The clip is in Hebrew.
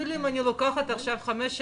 לכוח אדם ועוד.